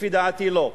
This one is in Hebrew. לפי דעתי: לא.